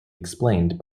explained